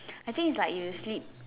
I think is like you sleep